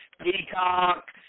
Peacock